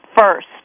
first